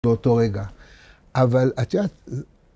באותו רגע.אבל את יודעת...